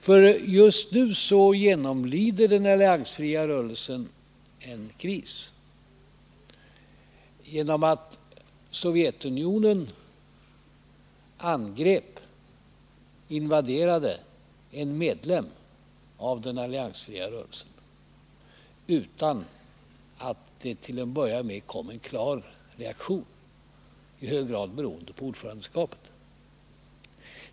För just nu genomlider den alliansfria rörelsen en kris, genom att Sovjetunionen invaderade en medlem av den alliansfria rörelsen utan att det till att börja med kom en klar reaktion från den alliansfria rörelsen, i hög grad beroende på ordförandeskapet.